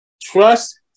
Trust